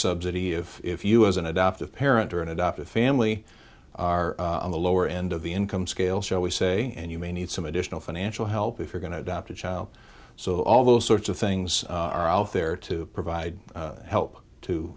subsidy of if you as an adoptive parent or an adoptive family are on the lower end of the income scale shall we say and you may need some additional financial help if you're going to adopt a child so all those sorts of things are out there to provide help to